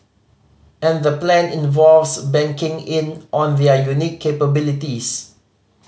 and the plan involves banking in on their unique capabilities